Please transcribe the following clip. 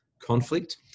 conflict